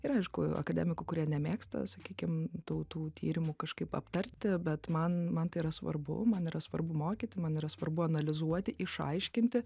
yra aišku akademikų kurie nemėgsta sakykim tų tų tyrimų kažkaip aptarti bet man man tai yra svarbu man yra svarbu mokyti man yra svarbu analizuoti išaiškinti